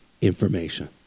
information